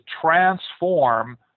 transform